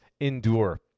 endure